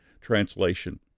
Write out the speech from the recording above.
Translation